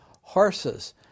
horses